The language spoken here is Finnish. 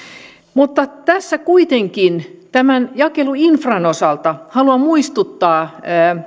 mutta tässä kuitenkin tämän jakeluinfran osalta haluan muistuttaa